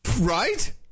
Right